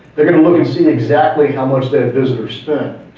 they're gonna look and see exactly how much that visitor spent.